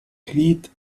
cleat